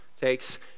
takes